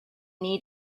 need